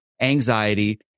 anxiety